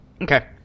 Okay